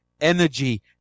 energy